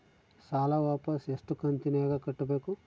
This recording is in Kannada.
ಸಾಲ ವಾಪಸ್ ಎಷ್ಟು ಕಂತಿನ್ಯಾಗ ಕಟ್ಟಬೇಕು?